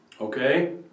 okay